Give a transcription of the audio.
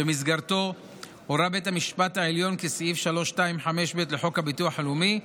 שבמסגרתו הורה בית המשפט העליון כי סעיף 532(ב) לחוק הביטוח הלאומי,